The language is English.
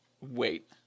Wait